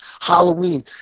Halloween